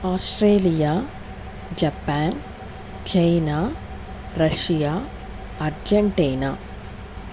Australia Japan China Russia Argentina